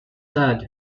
sad